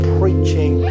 preaching